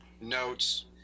notes